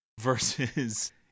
versus